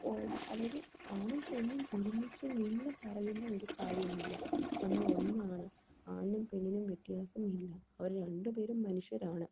അതായത് ആണും പെണ്ണും ഒരുമിച്ചുനിന്ന് പറയുന്ന ഒരു കാര്യമില്ല നമ്മളൊന്നാണ് ആണ്ണിനും പെണ്ണിനും വ്യത്യാസം ഇല്ല അവർ രണ്ടുപേരും മനുഷ്യരാണ്